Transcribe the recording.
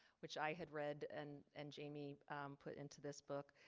which i had read and and jamie put into this book.